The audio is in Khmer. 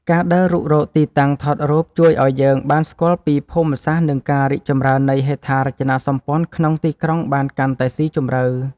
ការដើររុករកទីតាំងថតរូបជួយឱ្យយើងបានស្គាល់ពីភូមិសាស្ត្រ និងការរីកចម្រើននៃហេដ្ឋារចនាសម្ព័ន្ធក្នុងទីក្រុងបានកាន់តែស៊ីជម្រៅ។